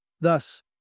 Thus